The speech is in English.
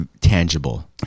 tangible